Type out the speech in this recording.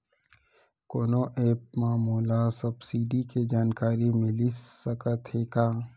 कोनो एप मा मोला सब्सिडी के जानकारी मिलिस सकत हे का?